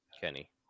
Kenny